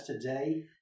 today